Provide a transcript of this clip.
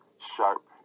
sharp